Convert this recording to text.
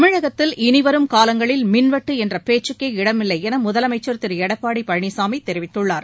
தமிழகத்தில் இனிவரும் காலங்களில் மின்வெட்டு என்ற பேச்சுக்கே இடமில்லை என முதலமைச்சர் திரு எடப்பாடி பழனிசாமி தெரிவித்துள்ளார்